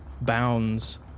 bounds